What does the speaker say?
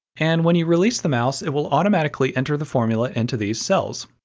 and when you release the mouse it will automatically enter the formula into these cells.